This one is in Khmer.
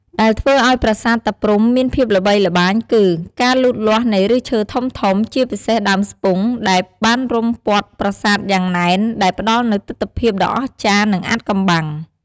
ដែលធ្វើឱ្យប្រាសាទតាព្រហ្មមានភាពល្បីល្បាញគឺ ការលូតលាស់នៃឫសឈើធំៗ ជាពិសេសដើមស្ពុង ដែលបានរុំព័ទ្ធប្រាសាទយ៉ាងណែន ដែលផ្តល់នូវទិដ្ឋភាពដ៏អស្ចារ្យ និងអាថ៌កំបាំង។